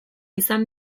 izan